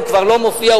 הוא כבר לא מופיע,